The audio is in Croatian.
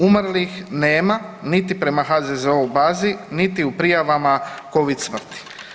Umrlih nema niti prema HZZO-u bazi, niti u prijavama Covid smrti.